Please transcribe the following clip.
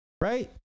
Right